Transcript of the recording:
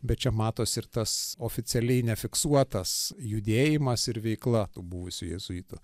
bet čia matosi ir tas oficialiai nefiksuotas judėjimas ir veikla tų buvusių jėzuitų